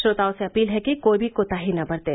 श्रोताओं से अपील है कि कोई भी कोताही न बरतें